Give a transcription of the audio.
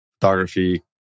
photography